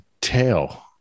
tail